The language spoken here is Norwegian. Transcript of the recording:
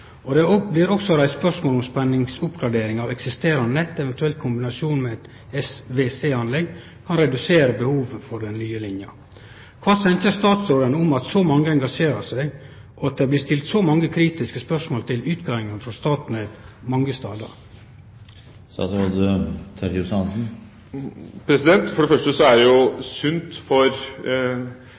Det blir også reist spørsmål om spenningsoppgradering av eksisterande nett, eventuelt i kombinasjon med eit SVC-anlegg, kan redusere behovet for den nye lina. Kva tenkjer statsråden om at så mange engasjerer seg, og at det blir stilt så mange kritiske spørsmål til utgreiingane frå Statnett mange stader? For det første er det sunt for